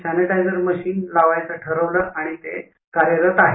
sanitiser machine लावयचं ठरवलं आणि ते कार्यरत आहे